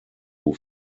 who